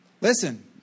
Listen